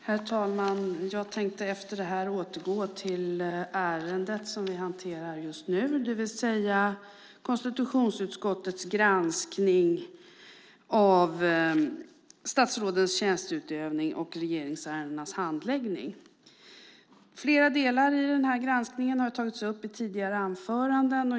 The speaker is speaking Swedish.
Herr talman! Jag tänker återgå till ärendet som vi hanterar just nu, det vill säga konstitutionsutskottets granskning av statsrådens tjänsteutövning och regeringsärendenas handläggning. Flera delar i den här granskningen har tagits upp i tidigare anföranden.